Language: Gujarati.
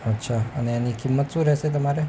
અચ્છા અને એની કિંમત શં રહેશે તમારે